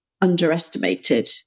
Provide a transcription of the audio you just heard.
underestimated